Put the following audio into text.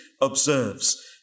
observes